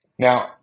Now